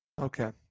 Okay